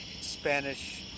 Spanish